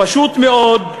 פשוט מאוד,